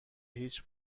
هیچ